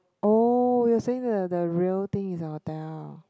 oh you were saying the the real thing is a hotel